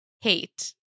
hate